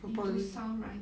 into sound right